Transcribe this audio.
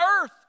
earth